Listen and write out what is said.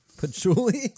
Patchouli